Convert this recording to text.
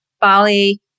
Bali